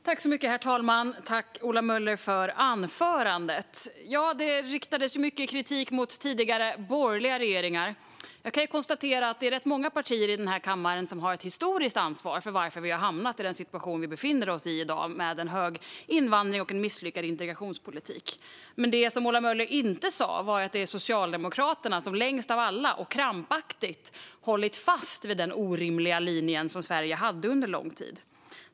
Herr talman! Tack, Ola Möller, för anförandet! Det riktades mycket kritik mot tidigare borgerliga regeringar. Jag kan konstatera att det är rätt många partier i den här kammaren som har ett historiskt ansvar för att vi har hamnat i den situation vi i dag befinner oss med en hög invandring och misslyckad integrationspolitik. Men det som Ola Möller inte sa var att det är Socialdemokraterna som längst av alla krampaktigt har hållit fast vid den orimliga linje som Sverige hade under lång tid.